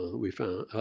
we found